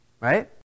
right